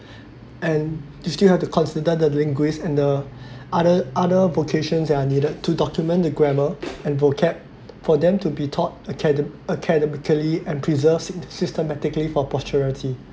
and you still have to consider the linguist and the other other vocations that are needed to document the grammar and vocab for them to be taught academ~ academically and preserves sys~ systematically for posterity